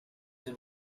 the